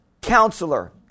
Counselor